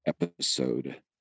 episode